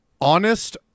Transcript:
Honest